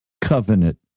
covenant